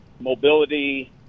mobility